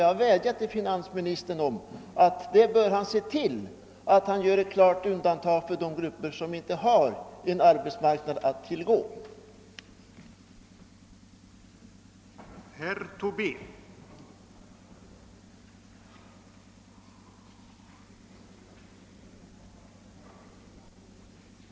Jag har vädjat till finansministern om att han skall se till att man gör ett klart undantag för de grupper som inte har en arbetsmarknad att tillgå eller som önskar ägna sig åt hemarbetet.